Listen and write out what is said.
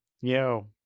Yo